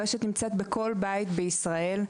הרשת נמצאת בכל בית בישראל,